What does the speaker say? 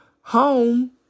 home